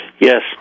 Yes